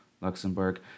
Luxembourg